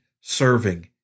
serving